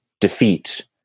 defeat